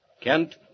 Kent